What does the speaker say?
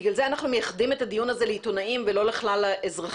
בגלל זה אנחנו מייחדים את הדיון הזה לעיתונאים ולא לכלל האזרחים,